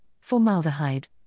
formaldehyde